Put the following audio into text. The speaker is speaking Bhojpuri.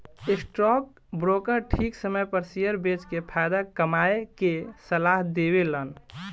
स्टॉक ब्रोकर ठीक समय पर शेयर बेच के फायदा कमाये के सलाह देवेलन